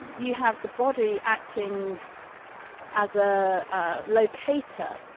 you have the body acting as a locator,